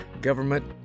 government